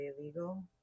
illegal